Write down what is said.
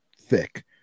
thick